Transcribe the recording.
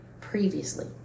previously